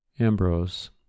Ambrose